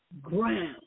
ground